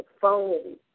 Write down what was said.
phone